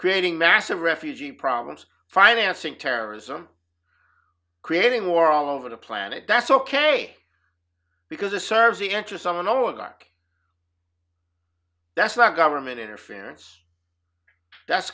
creating massive refugee problems financing terrorism creating war all over the planet that's ok because it serves the interest on all and mark that's not government interference that's